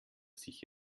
sich